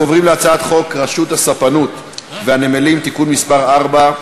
אנחנו עוברים להצעת חוק רשות הספנות והנמלים (תיקון מס' 4)